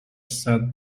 set